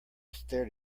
stared